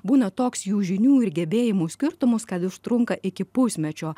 būna toks jų žinių ir gebėjimų skirtumus kad užtrunka iki pusmečio